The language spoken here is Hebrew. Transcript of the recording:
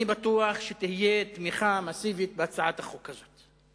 אני בטוח שתהיה תמיכה מסיבית בהצעת החוק הזאת,